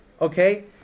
okay